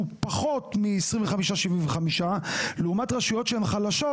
פחות מ-75%-25% לעומת רשויות שהן חלשות,